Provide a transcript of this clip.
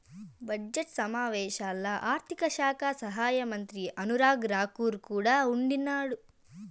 budget సమావేశాల్లో ఆర్థిక శాఖ సహాయమంత్రి అనురాగ్ రాకూర్ కూడా ఉండిన్నాడు